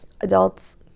adults